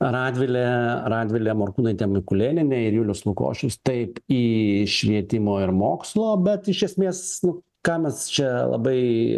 radvilė radvilė morkūnaitė mikulėnienė ir julius lukošius taip į švietimo ir mokslo bet iš esmės nu ką mes čia labai